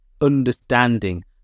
understanding